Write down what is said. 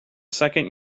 second